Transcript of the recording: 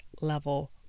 level